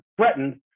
threatened